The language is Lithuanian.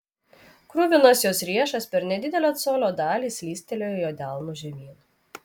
kruvinas jos riešas per nedidelę colio dalį slystelėjo jo delnu žemyn